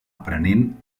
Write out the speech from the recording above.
aprenent